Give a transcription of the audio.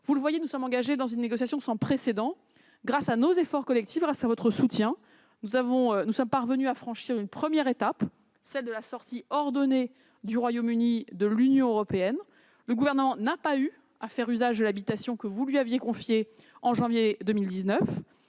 les sénateurs, nous sommes engagés dans une négociation sans précédent. Grâce à nos efforts collectifs et à votre soutien, nous avons franchi une première étape, celle de la sortie ordonnée du Royaume-Uni de l'Union européenne. Le Gouvernement n'a pas eu besoin de faire usage de l'habilitation que vous lui aviez confiée en janvier 2019.